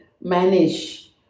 manage